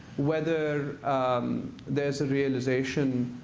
whether there's a realization